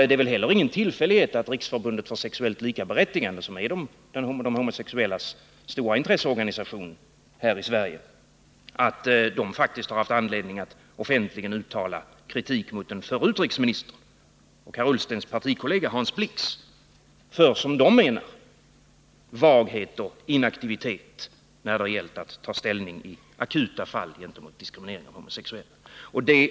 Det är inte heller någon tillfällighet att Riksförbundet för sexuellt likaberättigande, som är de homosexuellas stora intresseorganisation i Sverige, faktiskt har haft anledning att offentligen uttala kritik mot förre utrikesministern och herr Ullstens partikollega, Hans Blix, för vad man ansett vara vagheter och inaktivitet när det gällt att i akuta fall ta ställning mot diskriminering av homosexuella.